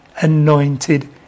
anointed